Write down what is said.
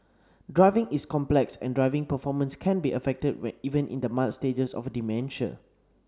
driving is complex and driving performance can be affected even in the mild stages of dementia